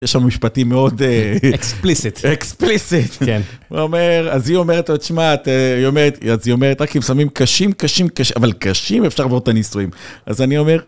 יש שם משפטים מאוד אקספליסטיים, אקספליסטיים, כן. הוא אומר, אז היא אומרת לו, תשמע, היא אומרת, אז היא אומרת, רק אם שמים קשים, קשים, קשים, אבל קשים אפשר לראות את הניסויים. אז אני אומר...